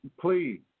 Please